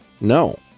no